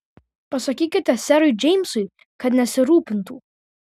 pasakykite serui džeimsui kad nesirūpintų